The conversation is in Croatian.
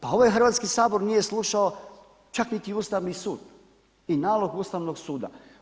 Pa ovaj Hrvatski sabor nije slušao čak niti Ustavni sud i nalog Ustavnog suda.